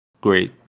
great